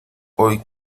hoy